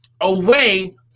away